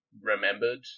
remembered